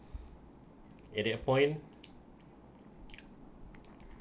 at that point